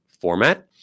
format